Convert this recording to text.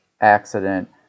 accident